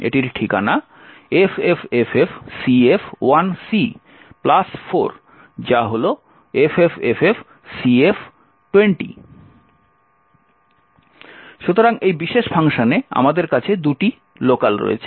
এটির ঠিকানা FFFFCF1C plus 4 যা হল FFFFCF20। সুতরাং এই বিশেষ ফাংশনে আমাদের কাছে দুটি স্থানীয় রয়েছে